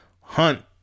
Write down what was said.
Hunt